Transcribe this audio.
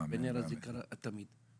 ונר הזיכרון תמיד.